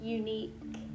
unique